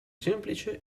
semplice